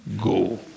go